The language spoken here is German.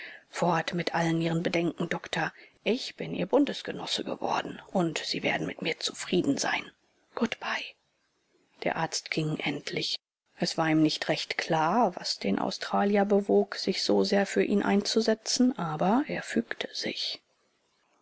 fort mit allen ihren bedenken doktor ich bin ihr bundesgenosse geworden und sie werden mit mir zufrieden sein good bye der arzt ging endlich es war ihm nicht recht klar was den australier bewog sich so sehr für ihn einzusetzen aber er fügte sich